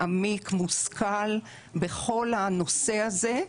מעמיק ומושכל בכל הנושא הזה.